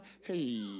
hey